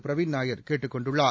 பிரவின் நாயர் கேட்டுக் கொண்டுள்ளார்